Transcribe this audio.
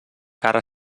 cara